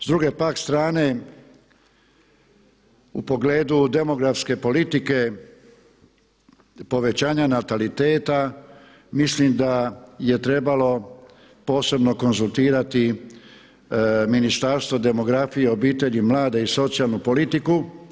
S druge pak strane u pogledu demografske politike povećanja nataliteta mislim da je trebalo posebno konzultirati Ministarstvo demografije, obitelji, mlade i socijalnu politiku.